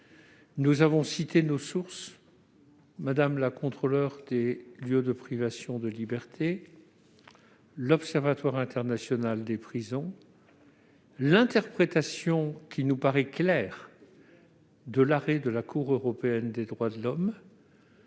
Nous avons cité nos sources : Mme la Contrôleure générale des lieux de privation de liberté, l'Observatoire international des prisons, l'interprétation qui nous paraît claire de l'arrêt de la Cour européenne des droits de l'homme,